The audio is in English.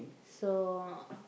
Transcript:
so